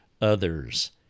others